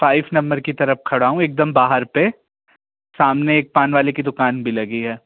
five number की तरफ़ खड़ा हूँ एक दम बाहर पर सामने एक पान वाले की दुकान भी लगी है